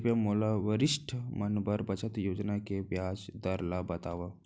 कृपया मोला वरिष्ठ मन बर बचत योजना के ब्याज दर ला बतावव